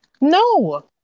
No